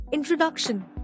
Introduction